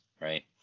right